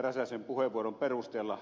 räsäsen puheenvuoron perusteella